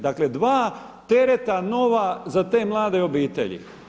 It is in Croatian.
Dakle dva tereta nova za te mlade obitelji.